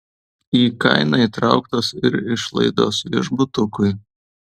į kainą įtrauktos ir išlaidos viešbutukui